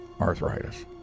arthritis